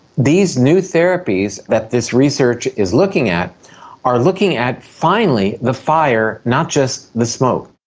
these new therapies that this research is looking at are looking at finally the fire, not just the smoke.